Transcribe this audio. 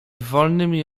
wolnymi